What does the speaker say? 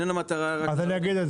איננה מטרה רק להעשיר את קופת האוצר.